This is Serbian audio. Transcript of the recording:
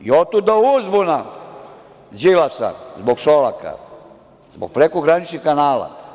I otuda uzbuna Đilasa zbog Šolaka, zbog prekograničnih kanala.